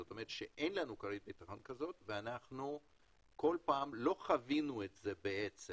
זאת אומרת שאין לנו כרית ביטחון כזו ולא חווינו את זה בעצם